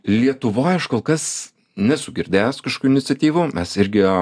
lietuvoj aš kol kas nesu girdėjęs kažkokių iniciatyvų mes irgi